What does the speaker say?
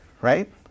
right